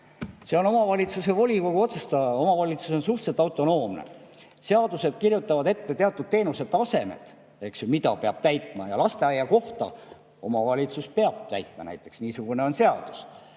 omavalitsuse volikogu. Omavalitsus on suhteliselt autonoomne. Seadused kirjutavad ette teatud teenuse tasemed, mida peab täitma. Lasteaiakoha omavalitsus peab tagama näiteks, niisugune on seadus.